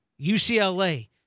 UCLA